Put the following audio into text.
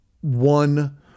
one